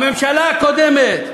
הממשלה הקודמת.